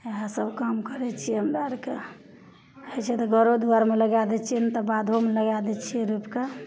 इएहसब काम करै छिए हमरा आओरके होइ छै तऽ घरो दुआरिमे लगै दै छिए नहि तऽ बाधोमे लगै दै छिए रोपिके